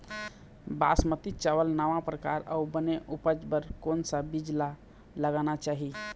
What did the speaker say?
बासमती चावल नावा परकार अऊ बने उपज बर कोन सा बीज ला लगाना चाही?